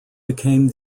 became